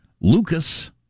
Lucas